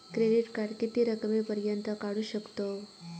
Credit card किती रकमेपर्यंत काढू शकतव?